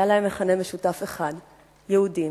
היה להם מכנה משותף אחד: יהודים.